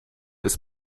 ist